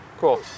cool